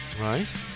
Right